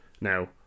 now